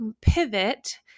pivot